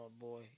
boy